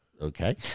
okay